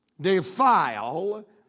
defile